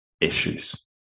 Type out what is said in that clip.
issues